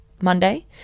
Monday